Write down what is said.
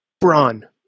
Braun